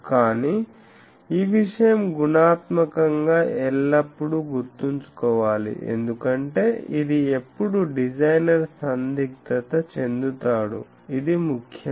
కానీ ఈ విషయం గుణాత్మకంగా ఎల్లప్పుడూ గుర్తుంచుకోవాలి ఎందుకంటేఇది ఎప్పుడూ డిజైనర్ సందిగ్ధత చెందుతాడు ఇది ముఖ్యం